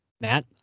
Matt